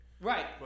Right